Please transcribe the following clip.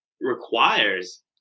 requires